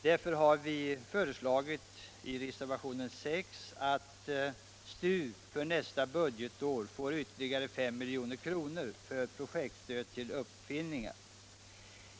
Därför har vi föreslagit i reservationen 6 att STU för nästa budgetår får ytterligare 5 milj.kr. för projektstöd till uppfinningar.